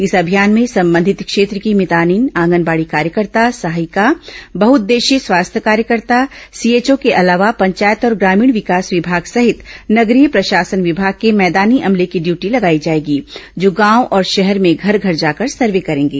इस अभियान में संबंधित क्षेत्र की भितानिन आंगनबाड़ी कार्यकर्ता सहायिका बहउद्देशीय स्वास्थ्य कार्यकर्ता सीएचओ के अलावा पंचायत और ग्रामीण विकास विमाग सहित नगरीय प्रशासन विमाग के मैदानी अमले की ड्यूटी लगाई जाएगी जो गांव और शहर में घर घर जाकर सर्वे करेंगे